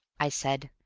i said,